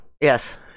Yes